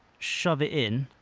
shove it in,